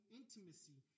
intimacy